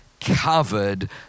covered